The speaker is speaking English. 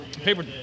paper